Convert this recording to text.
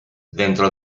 dentro